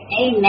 Amen